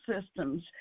systems